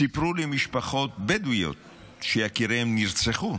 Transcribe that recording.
סיפרו לי משפחות בדואיות שיקיריהן נרצחו,